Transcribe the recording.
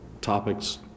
topics